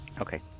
Okay